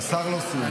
השר לא סיים.